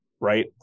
Right